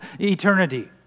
eternity